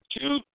Two